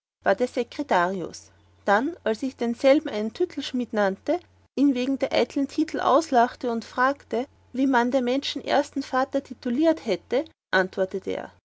dann als ich denselben einen titulschmied nannte ihn wegen der eiteln titul auslachte und fragte wie man der menschen ersten vatter titulieret hätte antwortete er